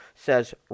says